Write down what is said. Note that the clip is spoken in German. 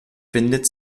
findet